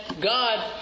God